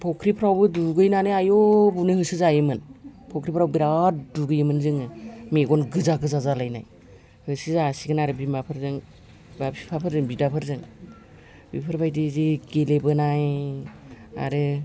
फुख्रिफ्रावबो दुगैनानै आयु बुनो होसो जायोमोन फुख्रिफोराव बिराद दुगैयोमोन जोङो मेगन गोजा गोजा जालायनाय होसो जासिगोन आरो बिमाफोरजों बा बिफाफोरजों बिदाफोरजों बेफोरबादि जि गेलेबोनाय आरो